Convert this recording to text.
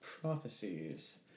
prophecies